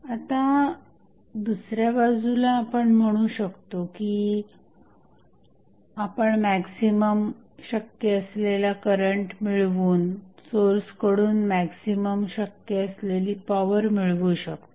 आता दुसऱ्या बाजुस आपण म्हणू शकतो की आपण मॅक्झिमम शक्य असलेला करंट मिळवून सोर्सकडून मॅक्झिमम शक्य असलेली पॉवर मिळवू शकतो